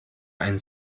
ein